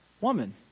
woman